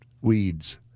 weeds